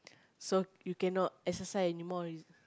so you cannot exercise anymore